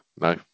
No